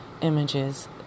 images